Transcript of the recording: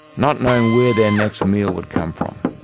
not knowing where their next meal would come from.